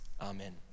Amen